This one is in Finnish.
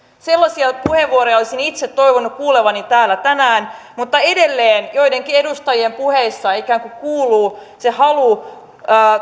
sellaisia puheenvuoroja olisin itse toivonut kuulevani täällä tänään mutta edelleen joidenkin edustajien puheissa ikään kuin kuuluu se halu